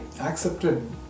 accepted